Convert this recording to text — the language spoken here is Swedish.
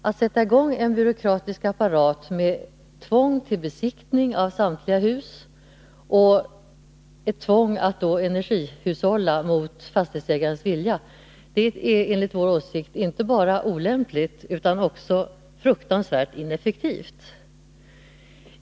Att sätta i gång en byråkratisk apparat med tvång till besiktning av samtliga hus och tvång till energihushållning mot fastighetsägarens vilja är enligt vår åsikt inte bara olämpligt utan också fruktansvärt ineffektivt.